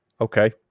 Okay